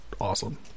awesome